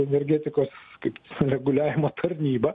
energetikos kaip reguliavimo tarnyba